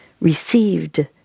received